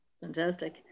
fantastic